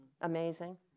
amazing